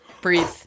Breathe